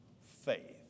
faith